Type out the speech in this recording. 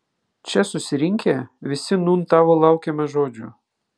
čia susirinkę visi nūn tavo laukiame žodžio